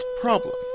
problem